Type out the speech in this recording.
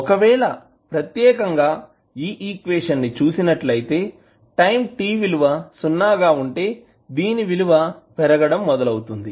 ఒకవేళ ప్రత్యేకంగా ఈ ఈక్వేషన్ ను చూసినట్లయితే టైం t విలువ 0 గా ఉంటే దీని విలువ పెరగడం మొదలవుతుంది